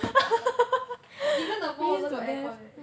even the wall also got aircon right